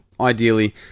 ideally